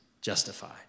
justified